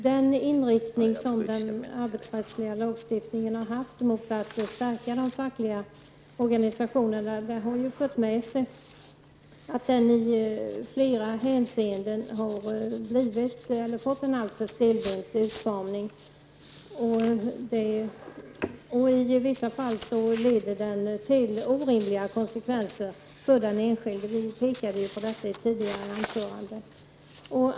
Den inriktning som den arbetsrättsliga lagstiftningen har haft mot att stärka de fackliga organisationerna, har fört med sig att det i flera hänseenden har blivit en stelbent utformning. I vissa fall medför den orimliga konsekvenser för den enskilde. Vi pekade på detta i ett tidigare anförande.